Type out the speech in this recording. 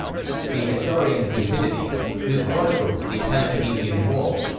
the historian thucydides, who chronicled the peleponnesian war,